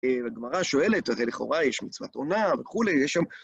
לגמרא שואלת, זה לכאורה יש מצוות עונה וכולי, יש שם...